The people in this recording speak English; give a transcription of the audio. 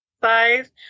size